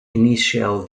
initial